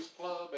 club